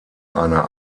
einer